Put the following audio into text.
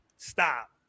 Stop